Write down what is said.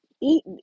eat